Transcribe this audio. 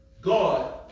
God